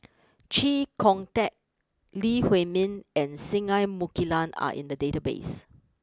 Chee Kong Tet Lee Huei Min and Singai Mukilan are in the database